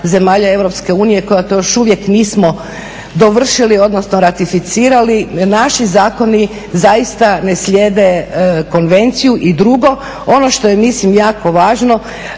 zemalja EU koja to još uvijek nismo dovršili, odnosno ratificirali. Naši zakoni zaista ne slijede konvenciju, i drugo ono što je mislim jako važno,